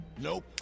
Nope